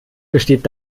besteht